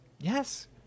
Yes